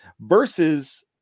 versus